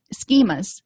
schemas